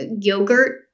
yogurt